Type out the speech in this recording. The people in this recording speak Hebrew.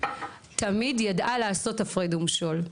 תמיד ידעה לעשות הפרד ומשול.